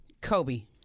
kobe